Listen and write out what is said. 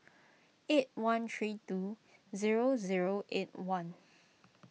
eight one three two zero zero eight one